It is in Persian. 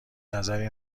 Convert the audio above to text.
نظری